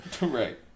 Right